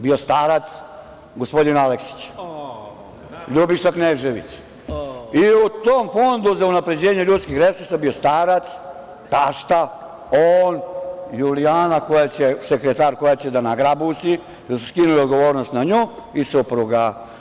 Bio starac, gospodin Aleksić, LJubiša Knežević i u tom Fondu za unapređenje ljudskih resursa bio starac, tašta, on, Julijana sekretar, koja će da nagrabusi da su skinuli odgovornost na nju i supruga.